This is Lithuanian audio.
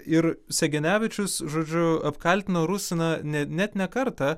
ir segenevičius žodžiu apkaltino rusiną net ne kartą